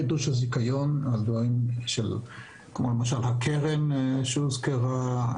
כמו למשל הקרן שהוזכרה.